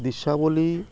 দৃশ্যাবলী